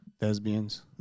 lesbians